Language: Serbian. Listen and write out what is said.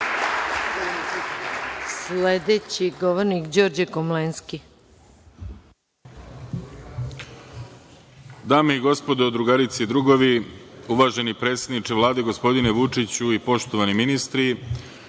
Sledeći govornik je Đorđe Komlenski.